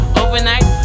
overnight